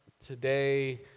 today